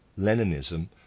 Leninism